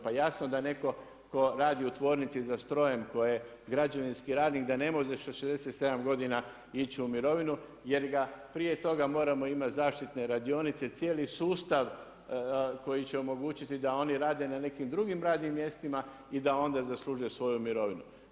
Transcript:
Pa jasno da netko tko radi u tvornici za strojem, tko je građevinski radnik da ne može sa 67 godina ići u mirovinu jer ga prije toga moramo imati zaštitne radionice, cijeli sustav koji će omogućiti da oni rade na nekim drugim radnim mjestima i da onda zasluže svoju mirovinu.